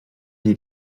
nie